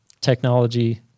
technology